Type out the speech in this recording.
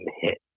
hit